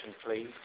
please